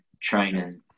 training